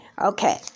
Okay